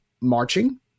marching